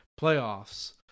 Playoffs